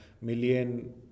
million